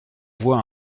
voit